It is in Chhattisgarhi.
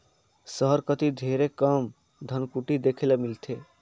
सहर कती ढेरे कम धनकुट्टी देखे ले मिलथे